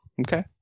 Okay